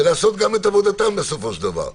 ולעשות גם את עבודתם בסופו של דבר.